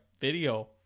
video